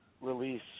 release